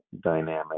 dynamic